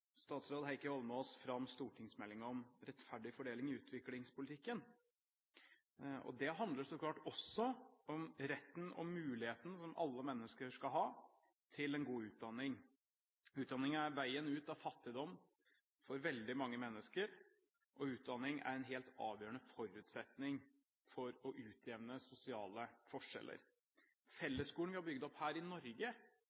klart også om retten og muligheten som alle mennesker skal ha til en god utdanning. Utdanning er veien ut av fattigdom for veldig mange mennesker, og utdanning er en helt avgjørende forutsetning for å utjevne sosiale